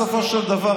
בסופו של דבר,